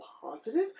positive